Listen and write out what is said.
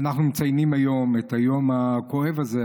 אנחנו מציינים היום את היום הכואב הזה,